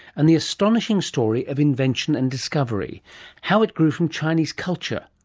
and the astonishing story of invention and discovery how it grew from chinese culture,